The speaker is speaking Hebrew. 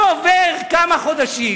לא עוברים כמה חודשים,